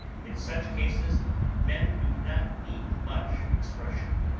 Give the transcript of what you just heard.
in such cases men do not need much expression.